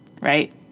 Right